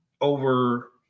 over